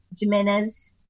Jimenez